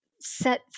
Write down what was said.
set